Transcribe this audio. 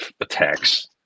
attacks